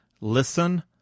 listen